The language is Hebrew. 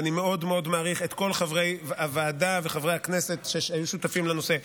ואני מאוד מאוד מעריך את כל חברי הוועדה וחברי הכנסת שהיו שותפים לנושא.